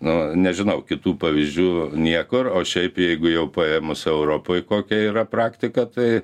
nu nežinau kitų pavyzdžių niekur o šiaip jeigu jau paėmus europoj kokia yra praktika tai